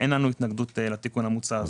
אין לנו התנגדות לתיקון המוצע הזה.